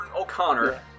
O'Connor